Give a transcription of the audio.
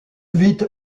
vite